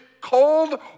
cold